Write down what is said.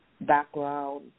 background